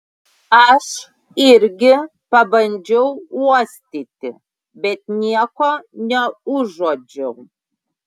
aš irgi pabandžiau uostyti bet nieko neužuodžiau